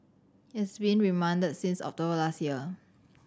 he has been remand since October last year